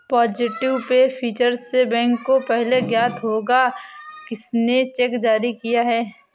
positive pay feature से bank को पहले ज्ञात होगा किसने चेक जारी किया है